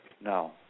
no